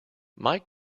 mike